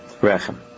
rechem